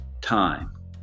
time